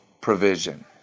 provision